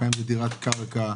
לפעמים זה דירת קרקע,